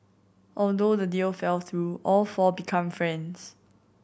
although the deal fell through all four become friends